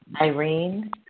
Irene